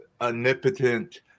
omnipotent